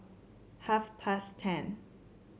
half past ten